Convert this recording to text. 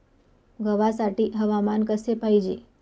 गव्हासाठी हवामान कसे पाहिजे?